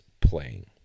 playing